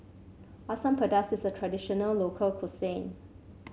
Asam Pedas is a traditional local cuisine